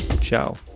Ciao